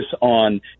on